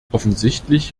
offensichtlich